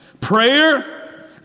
prayer